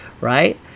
right